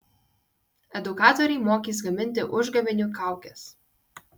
edukatoriai mokys gaminti užgavėnių kaukes